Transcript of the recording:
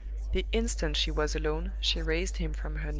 the instant she was alone she raised him from her knee.